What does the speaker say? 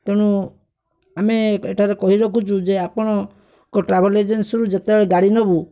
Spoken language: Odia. ତେଣୁ ଆମେ ଏଠାରେ କହି ରଖୁଛୁ ଯେ ଆପଣଙ୍କ ଟ୍ରାଭେଲ୍ ଏଜେନ୍ସିରୁ ଯେତେବେଳେ ଗାଡ଼ି ନେବୁ